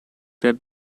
that